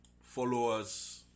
followers